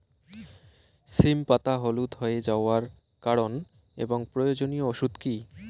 সিম পাতা হলুদ হয়ে যাওয়ার কারণ এবং প্রয়োজনীয় ওষুধ কি?